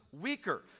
weaker